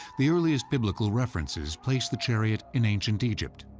the earliest biblical references place the chariot in ancient egypt.